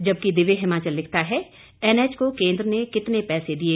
जबकि दिव्य हिमाचल लिखता है एनएच को केंद्र ने कितने पैसे दिए